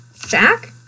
Jack